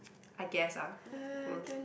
I guess ah